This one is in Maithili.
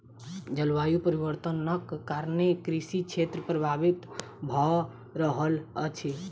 जलवायु परिवर्तनक कारणेँ कृषि क्षेत्र प्रभावित भअ रहल अछि